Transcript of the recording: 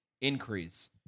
increase